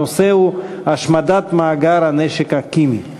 הנושא הוא: השמדת מאגר הנשק הכימי.